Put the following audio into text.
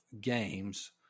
games